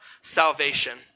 salvation